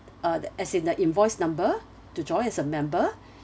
uh as in the invoice number to join as a member